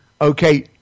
okay